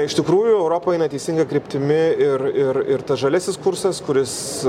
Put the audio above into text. iš tikrųjų europa eina teisinga kryptimi ir ir ir tas žaliasis kursas kuris